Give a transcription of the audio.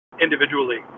individually